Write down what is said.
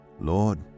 Lord